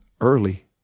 early